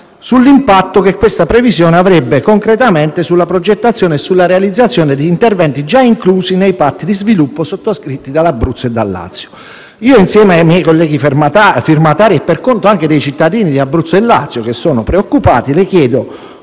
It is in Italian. sull'impatto che questa previsione avrebbe concretamente sulla progettazione e sulla realizzazione di interventi già inclusi nei patti di sviluppo sottoscritti dall'Abruzzo e dal Lazio. Insieme ai miei colleghi firmatari e per conto anche dei cittadini di Abruzzo e Lazio, che sono preoccupati, le chiedo